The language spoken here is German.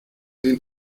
den